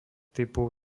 typu